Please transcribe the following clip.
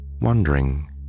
wondering